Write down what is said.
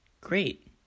great